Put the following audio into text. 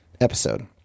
episode